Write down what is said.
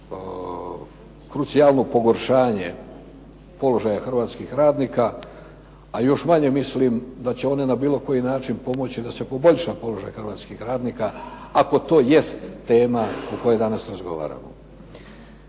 krucijalno pogoršanje položaja hrvatskih radnika, a još manje mislim da će one na bilo koji način pomoći da se poboljša položaj hrvatskih radnika, ako to jest tema o kojoj danas razgovaramo.